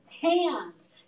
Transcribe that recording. hands